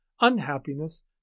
unhappiness